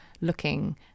looking